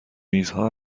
میزها